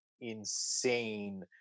insane